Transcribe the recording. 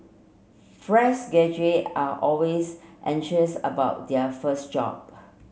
fresh graduates are always anxious about their first job